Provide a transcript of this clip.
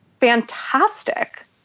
fantastic